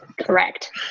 Correct